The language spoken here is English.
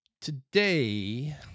Today